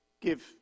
give